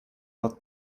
nad